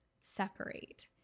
separate